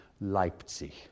Leipzig